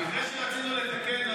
אבל אחרי שרצינו לתקן,